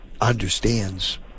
understands